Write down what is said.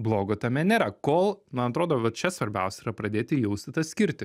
blogo tame nėra kol man atrodo va čia svarbiausia yra pradėti jausti tą skirtį